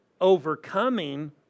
overcoming